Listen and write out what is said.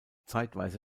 zeitweise